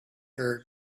her